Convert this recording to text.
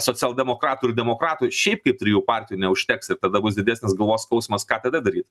socialdemokratų ir demokratų šiaip kaip trijų partijų neužteks ir tada bus didesnis galvos skausmas ką tada daryt